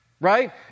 right